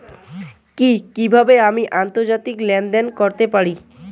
কি কিভাবে আমি আন্তর্জাতিক লেনদেন করতে পারি?